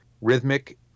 rhythmic